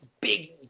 big